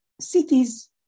cities